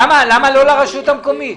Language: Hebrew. למה לא לרשות המקומית?